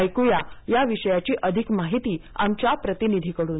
ऐक्या या विषयाची अधिक माहिती आमच्या प्रतिनिधी कडून